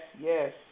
yes